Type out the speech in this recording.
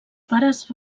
pares